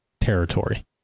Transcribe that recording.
territory